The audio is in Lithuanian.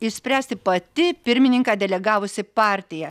išspręsti pati pirmininką delegavusi partija